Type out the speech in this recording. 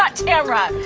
but tamra.